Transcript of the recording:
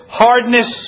hardness